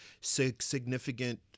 significant –